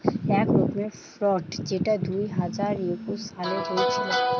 এক রকমের ফ্রড যেটা দুই হাজার একুশ সালে হয়েছিল